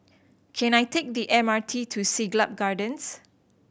can I take the M R T to Siglap Gardens